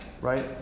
right